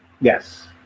Yes